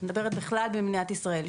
אני מדברת באופן כללי במדינת ישראל.